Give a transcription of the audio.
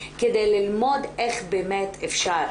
כדי ללמוד איך באמת אפשר